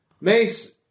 Mace